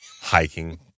Hiking